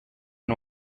and